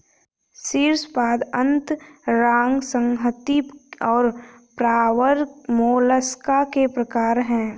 शीर्शपाद अंतरांग संहति और प्रावार मोलस्का के प्रकार है